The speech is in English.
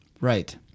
Right